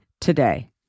today